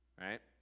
right